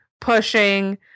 pushing